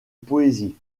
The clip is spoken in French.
poésie